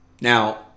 Now